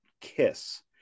KISS